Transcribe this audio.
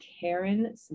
Karen